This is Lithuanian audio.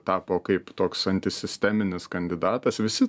tapo kaip toks antisisteminis kandidatas visi